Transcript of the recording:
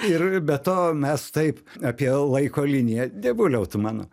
ir be to mes taip apie laiko liniją dievuliau tu mano